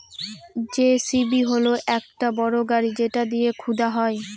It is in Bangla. যেসিবি হল একটা বড় গাড়ি যেটা দিয়ে খুদা হয়